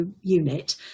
unit